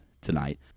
tonight